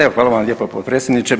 Evo, hvala vam lijepa potpredsjedniče.